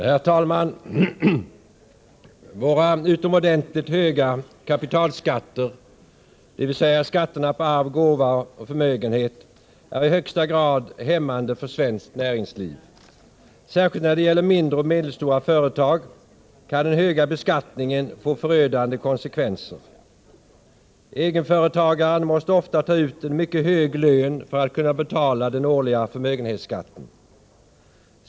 Herr talman! Våra utomordentligt höga kapitalskatter, dvs. skatterna på arv, gåva och förmögenhet, är i högsta grad hämmande för svenskt näringsliv. Särskilt när det gäller mindre och medelstora företag kan den höga beskattningen få förödande konsekvenser. Egenföretagaren måste ofta ta ut en mycket hög lön för att kunna betala den årliga förmögenhetsskatten.